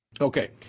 Okay